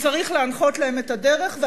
הוא צריך להראות להם את הדרך.